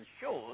shows